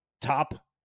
top